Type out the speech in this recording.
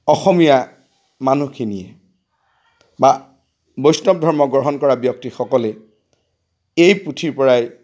অসমীয়া মানুহখিনিয়ে বা বৈষ্ণৱ ধৰ্ম গ্ৰহণ কৰা ব্যক্তিসকলে এই পুথিৰপৰাই